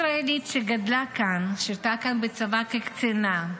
ישראלית שגדלה כאן, שירתה כאן בצבא כקצינה.